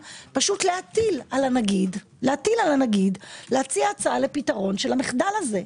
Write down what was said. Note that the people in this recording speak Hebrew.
להטיל על הנגיד להציע הצעה לפתרון של המחדל הזה.